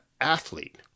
athlete